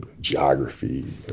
geography